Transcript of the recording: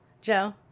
Joe